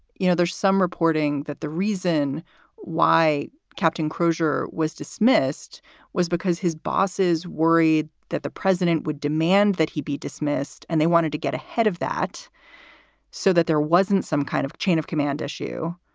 you know, there's some reporting that the reason why captain crozier was dismissed was because his bosses worried that the president would demand that he be dismissed. and they wanted to get ahead of that so that there wasn't some kind of chain of command issue.